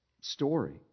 story